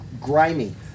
grimy